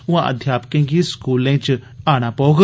उआं अध्यापकें गी स्कूलें च जाना पौग